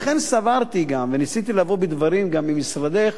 לכן סברתי, וניסיתי לבוא בדברים עם משרדך